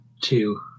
two